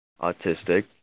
autistic